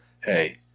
hey